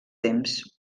temps